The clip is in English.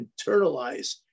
internalize